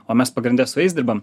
o mes pagrinde su jais dirbam